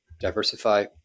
diversify